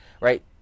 right